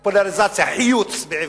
אקסטרפולציה, חיוץ בעברית,